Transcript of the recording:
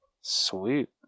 Sweet